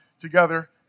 together